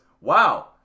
wow